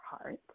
heart